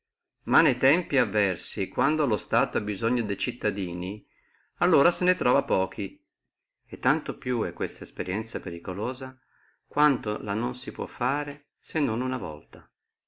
ma ne tempi avversi quando lo stato ha bisogno de cittadini allora se ne truova pochi e tanto più è questa esperienzia periculosa quanto la non si può fare se non una volta